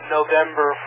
November